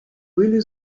really